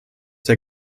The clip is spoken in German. der